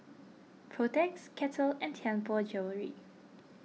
Protex Kettle and Tianpo Jewellery